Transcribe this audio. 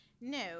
no